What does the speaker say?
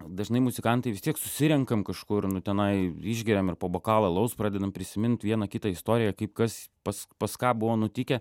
dažnai muzikantai vis tiek susirenkam kažkur nu tenai išgeriam ir po bokalą alaus pradedam prisimint vieną kitą istoriją kaip kas pas pas ką buvo nutikę